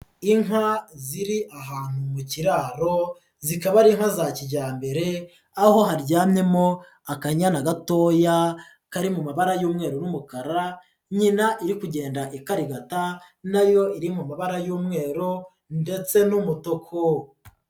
Inka ziri ahantu mu kiraro, zikaba ari inka za kijyambere, aho haryamyemo akanyayana gatoya kari mu mabara y'umweru n'umukara, nyina iri kugenda ikarigata na yo iri mu mabara y'umweru ndetse n'umutuku.